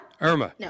Irma